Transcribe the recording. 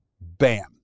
Bam